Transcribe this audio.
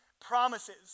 promises